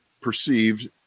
perceived